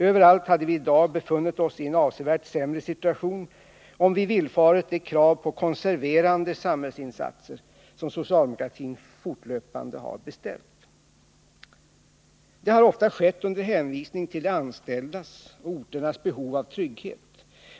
Överallt hade vi i dag befunnit oss i en avsevärt sämre situation, om vi villfarit de krav på konserverande samhällsinsatser som socialdemokratin fortlöpande har beställt. Detta har ofta skett med hänvisning till de anställdas och orternas behov av trygghet.